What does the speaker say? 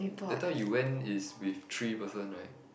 that time you went is with three person right